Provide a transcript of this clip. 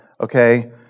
okay